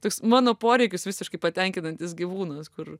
toks mano poreikius visiškai patenkinantis gyvūnas kur